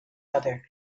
other